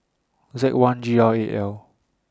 Z one G R eight L